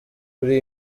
kuri